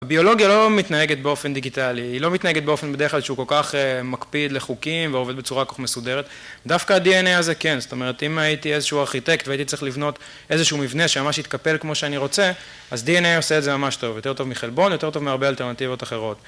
הביולוגיה לא מתנהגת באופן דיגיטלי, היא לא מתנהגת באופן בדרך כלל שהוא כל-כך מקפיד לחוקים ועובד בצורה כל-כך מסודרת, דווקא ה-DNA הזה כן, זאת אומרת אם הייתי איזשהו ארכיטקט והייתי צריך לבנות איזשהו מבנה שממש יתקפל כמו שאני רוצה, אז DNA עושה את זה ממש טוב, יותר טוב מחלבון, יותר טוב מהרבה אלטרנטיבות אחרות